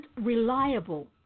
reliable